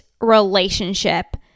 relationship